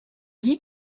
dis